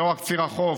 ולא רק ציר החוף,